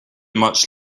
much